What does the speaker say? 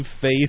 faith